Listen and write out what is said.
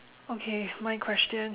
okay my question